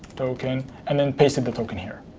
token, and then pasted the token here,